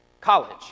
college